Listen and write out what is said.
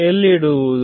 ಎಲ್ಲಿಡುವುದು